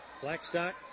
Blackstock